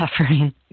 suffering